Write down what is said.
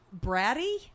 bratty